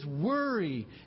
worry